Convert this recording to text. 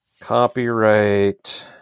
Copyright